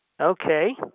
Okay